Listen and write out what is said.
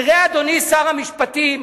תראה, אדוני שר המשפטים,